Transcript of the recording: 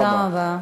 תודה רבה.